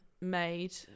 made